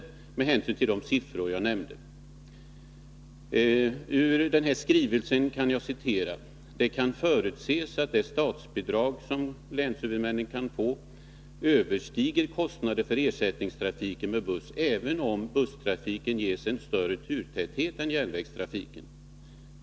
Jag villi det sammanhanget gärna citera ytterligare ett avsnitt ur den skrivelse jag åberopat: ”Det kan förutses att detta statsbidrag överstiger länshuvudmännens kostnader för ersättningstrafiken med buss även om busstrafiken ges en större turtäthet än järnvägstrafiken.